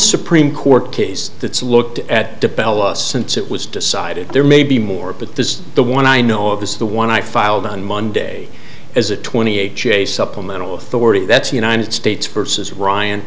supreme court case that's looked at since it was decided there may be more but this is the one i know of this is the one i filed on monday as a twenty eight chase supplemental authority that's united states versus ryan